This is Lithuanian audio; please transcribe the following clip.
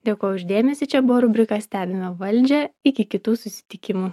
dėkoju už dėmesį čia buvo rubrika stebime valdžią iki kitų susitikimų